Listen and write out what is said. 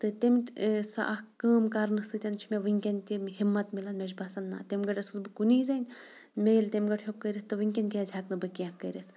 تہٕ تَمہِ سُہ اَکھ کٲم کَرنہٕ سۭتۍ چھِ مےٚ وٕنۍکٮ۪ن تہِ ہِمَت مِلان مےٚ چھُ باسان نہ تیٚمہِ گرۍ ٲسٕس بہٕ کُنی زٔنۍ مےٚ ییٚلہِ تیٚمہِ گرۍ ہیوٚک کٔرِتھ تہٕ وٕنۍکٮ۪ن کیٛازِ ہٮ۪کہٕ نہٕ بہٕ کینٛہہ کٔرِتھ